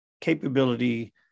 capability